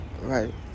Right